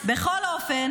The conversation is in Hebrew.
בכל אופן